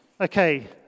Okay